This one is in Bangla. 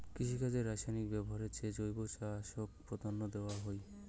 কৃষিকাজে রাসায়নিক ব্যবহারের চেয়ে জৈব চাষক প্রাধান্য দেওয়াং হই